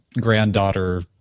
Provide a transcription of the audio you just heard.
granddaughter